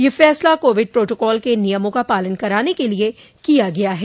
यह फैसला Covid protocol के नियमों का पालन कराने के लिये किया गया है